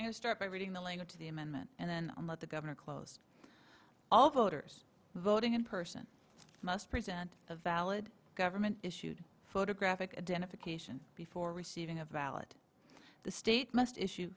would start by reading the link to the amendment and then let the governor closed all voters voting in person must present a valid government issued photographic identification before receiving a valid the state must issue